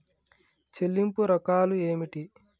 చెల్లింపు రకాలు ఏమిటి?